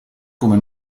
come